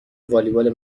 والیبال